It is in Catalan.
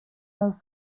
els